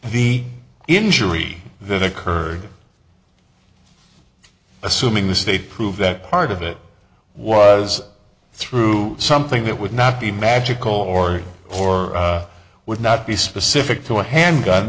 the injury that occurred assuming the state prove that part of it was through something that would not be magical or or would not be specific to a handgun